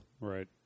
Right